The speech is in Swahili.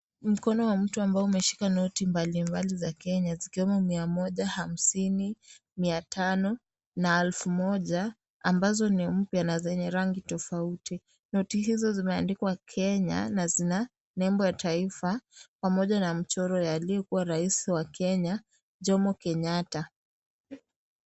Mkono wa mtu ambao umeshika noti mbalimbali za Kenya. Zikiwemo mia moja, hamsini, mia tano na elfu moja, ambazo ni mpya na zenye rangi tofauti. Noti hizo, zimeandikwa Kenya na zina nembo ya taifa pamoja na mchoro ya aliyekuwa raisi wa Kenya Jomo Kenyatta.